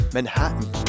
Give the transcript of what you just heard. Manhattan